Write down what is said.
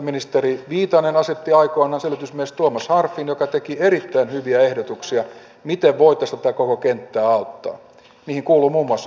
viestintäministeri viitanen asetti aikoinaan selvitysmies tuomas harpfin joka teki erittäin hyviä ehdotuksia miten voitaisiin tätä koko kenttää auttaa mihin kuuluu muun muassa innovaatiotukijärjestelmä